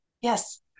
yes